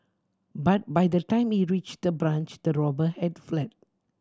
but by the time he reached the branch the robber had fled